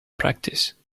practice